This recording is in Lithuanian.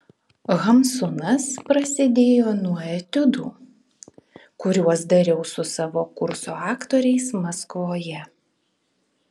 hamsunas prasidėjo nuo etiudų kuriuos dariau su savo kurso aktoriais maskvoje